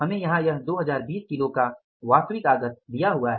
हमें यहाँ यह 2020 किलो का वास्तविक आगत दिया हुआ है